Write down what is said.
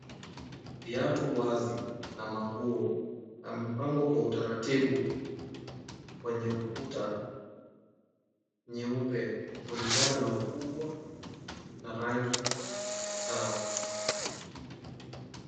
Viatu wazi na manguo yamepangwa kwa utaratibu kwenye ukuta nyeupe kulingana na ukubwa na rangi zao.